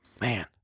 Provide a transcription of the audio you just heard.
Man